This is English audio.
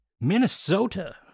Minnesota